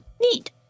neat